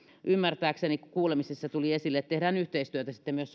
ymmärtääkseni kuulemisissa tuli esille että tehdään yhteistyötä sitten myös